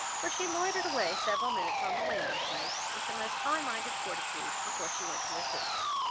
for she loitered away several minutes on the landing-place, with the most high-minded fortitude, before she went to her sister.